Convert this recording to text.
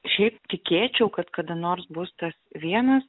šiaip tikėčiau kad kada nors bus tas vienas